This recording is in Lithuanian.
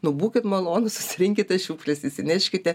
nu būkit malonūs susirinkite šiukšles išsineškite